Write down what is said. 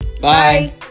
bye